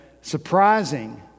surprising